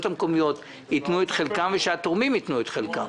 המקומיות יתנו את חלקן ושהתורמים יתנו את חלקם.